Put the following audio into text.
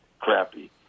crappy